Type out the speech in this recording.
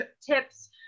tips